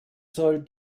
soll